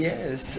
Yes